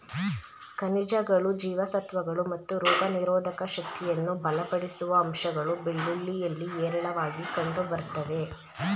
ಖನಿಜಗಳು ಜೀವಸತ್ವಗಳು ಮತ್ತು ರೋಗನಿರೋಧಕ ಶಕ್ತಿಯನ್ನು ಬಲಪಡಿಸುವ ಅಂಶಗಳು ಬೆಳ್ಳುಳ್ಳಿಯಲ್ಲಿ ಹೇರಳವಾಗಿ ಕಂಡುಬರ್ತವೆ